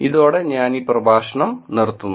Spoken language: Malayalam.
ഇതോടെ ഞാൻ ഈ പ്രഭാഷണം നിര്ത്തുന്നു